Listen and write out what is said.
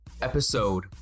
episode